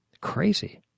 Crazy